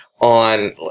on